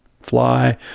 fly